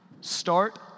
Start